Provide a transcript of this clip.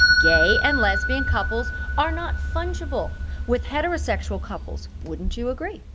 gay and lesbian couples are not fungible with heterosexual couples wouldn't you agree?